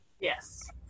Yes